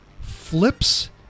flips